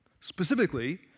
specifically